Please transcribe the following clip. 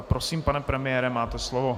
Prosím, pane premiére, máte slovo.